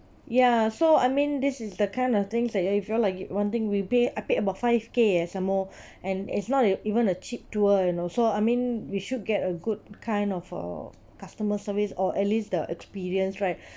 ya so I mean this is the kind of things that you are if you are like wanting we pay I paid about five K eh some more and it's not even a cheap tour you know so I mean we should get a good kind of uh customer service or at least the experience right